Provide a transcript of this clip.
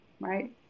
right